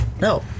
No